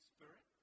Spirit